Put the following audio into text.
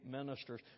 ministers